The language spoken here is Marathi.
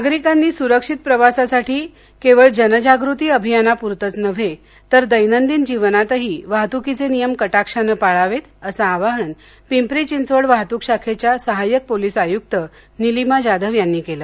नागरिकांनी सुरक्षित प्रवासासाठी केवळ जनजागृती अभियानापुरतंच नव्हे तर दैनंदिन जीवनातही वाहतुकीचे नियम कटाक्षाने पाळावेत असं आवाहन पिंपरी चिंचवड वाहतुक शाखेच्या सहायक पोलीस आयुक्त नीलिमा जाधव यांनी केलं